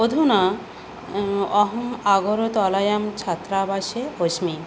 अधुना अहम् आगरतलायां छात्रावासे अस्मि